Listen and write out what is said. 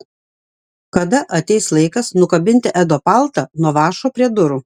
kada ateis laikas nukabinti edo paltą nuo vąšo prie durų